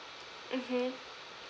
mmhmm